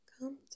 Come